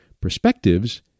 Perspectives